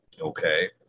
okay